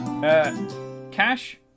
Cash